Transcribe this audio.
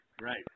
right